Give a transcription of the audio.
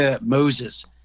Moses